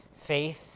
faith